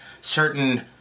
certain